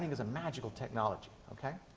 is a magical technology,